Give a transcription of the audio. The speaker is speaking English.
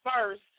first